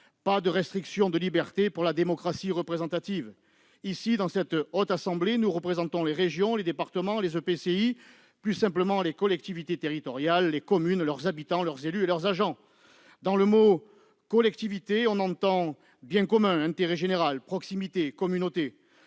Pas de restriction de liberté pour la démocratie représentative. Ici, dans cette Haute Assemblée, nous représentons les régions, les départements, les EPCI, plus simplement les collectivités territoriales, les communes, leurs habitants, leurs élus et leurs agents. Dans le mot « collectivités », on entend bien commun, intérêt général, proximité et communauté.